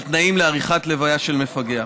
על תנאים לעריכת לוויה של מפגע.